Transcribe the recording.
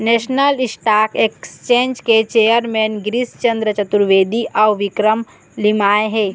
national Stock Exchange के chairman Girish Chandra Chaturvedi अउ विक्रम लिमाय हे